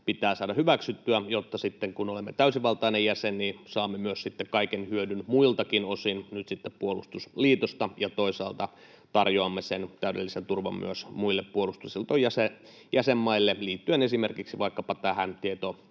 pitää saada hyväksyttyä, jotta sitten kun olemme täysivaltainen jäsen, saamme kaiken hyödyn muiltakin osin puolustusliitosta ja toisaalta tarjoamme sen täydellisen turvan myös muille puolustusliiton jäsenmaille liittyen esimerkiksi vaikkapa tähän